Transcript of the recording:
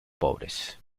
pobres